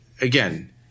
again